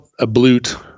ablute